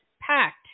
packed